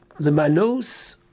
lemanos